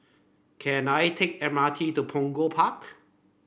can I take M R T to Punggol Park